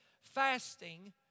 fasting